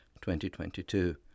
2022